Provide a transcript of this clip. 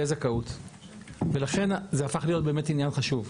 זכאות ולכן זה הפך להיות באמת עניין חשוב.